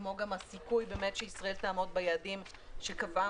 כמו גם הסיכוי שישראל תעמוד ביעדים שקבעה